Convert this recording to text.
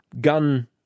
gun